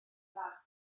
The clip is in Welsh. dda